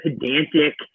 pedantic